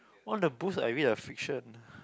all the books I read are fiction